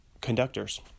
conductors